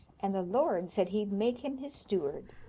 and the lord said he'd make him his steward.